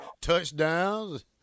Touchdowns